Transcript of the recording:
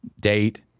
date